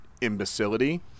imbecility